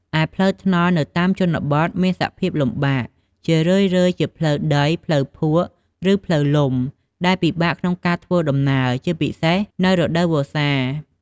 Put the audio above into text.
ឯផ្លូវថ្នល់នៅតាមជនបទមានសភាពលំបាក ជារឿយៗជាផ្លូវដី ផ្លូវភក់ ឬផ្លូវលំដែលពិបាកក្នុងការធ្វើដំណើរ ជាពិសេសនៅរដូវវស្សា។